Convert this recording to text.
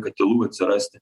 katilų atsirasti